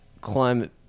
climate